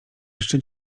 jeszcze